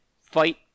fight